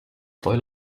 poi